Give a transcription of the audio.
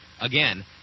Again